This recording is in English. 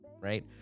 right